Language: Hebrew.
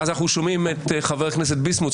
ואז אנחנו שומעים את חבר הכנסת ביסמוט,